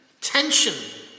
tension